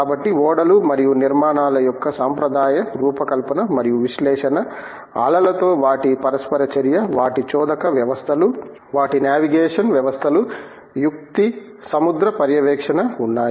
కాబట్టి ఓడలు మరియు నిర్మాణాల యొక్క సాంప్రదాయ రూపకల్పన మరియు విశ్లేషణ అలలతో వాటి పరస్పర చర్య వాటి చోదక వ్యవస్థలు వాటి నావిగేషన్ వ్యవస్థలు యుక్తి సముద్ర పర్యవేక్షణ ఉన్నాయి